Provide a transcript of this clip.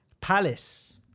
Palace